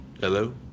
hello